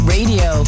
Radio